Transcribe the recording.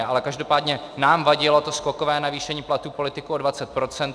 Ale každopádně nám vadilo to skokové navýšení platů politiků o 20 %.